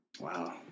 Wow